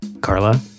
Carla